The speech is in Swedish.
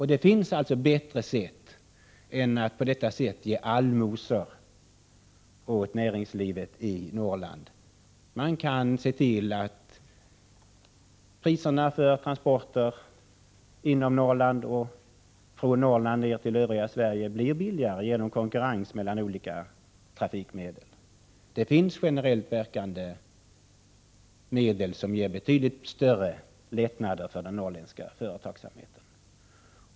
å Det finns alltså bättre sätt än att på detta vis ge allmosor åt näringslivet i Norrland. Man kan se till att priserna för transporter inom Norrland och från Norrland ner till övriga Sverige blir billigare genom konkurrens mellan olika trafikmedel. Det finns generellt verkande medel som ger betydligt större lättnader för den norrländska företagsamheten.